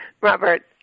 Robert